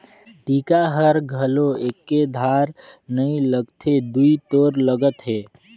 टीका हर घलो एके धार नइ लगथे दुदि तोर लगत हे